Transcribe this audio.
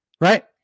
right